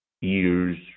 Years